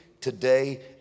today